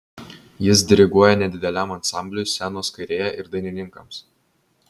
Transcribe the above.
jis diriguoja nedideliam ansambliui scenos kairėje ir dainininkams